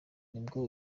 nibwo